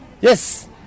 Yes